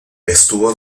estuvo